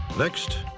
next,